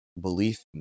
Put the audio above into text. belief